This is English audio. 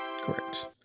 Correct